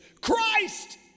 Christ